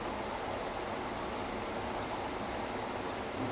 but அது தான்:athu thaan so because of that he